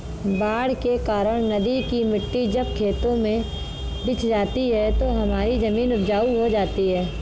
बाढ़ के कारण नदी की मिट्टी जब खेतों में बिछ जाती है तो हमारी जमीन उपजाऊ हो जाती है